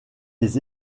des